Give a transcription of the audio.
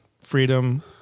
freedom